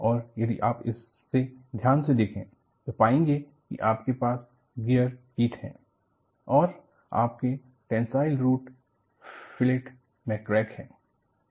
और यदि आप इसे ध्यान से देखें तो पाएंगे कि आपके पास गियर टीथ है और आपके टेंसाइल रूट फिलेट मे क्रैक है